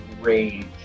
rage